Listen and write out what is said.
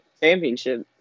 championship